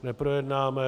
Neprojednáme.